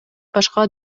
башка